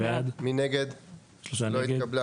הצבעה בעד, 2 נגד, 3 נמנעים, 0 הרביזיה לא התקבלה.